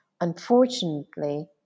Unfortunately